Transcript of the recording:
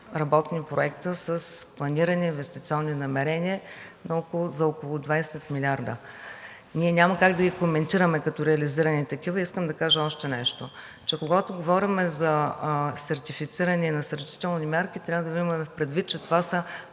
работни проекта с планирани инвестиционни намерения за около 20 милиарда. Ние няма как да ги коментираме като реализирани такива. Искам да кажа още нещо, че когато говорим за сертифициране и насърчителни мерки, трябва да имаме предвид, че това са